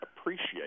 appreciate